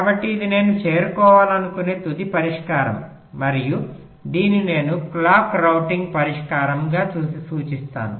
కాబట్టి ఇది నేను చేరుకోవాలనుకునే తుది పరిష్కారం మరియు దీనిని నేను క్లాక్ రౌటింగ్ పరిష్కారంగా సూచిస్తాను